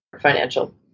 financial